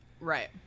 Right